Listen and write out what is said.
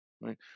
right